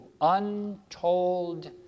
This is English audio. Untold